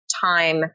time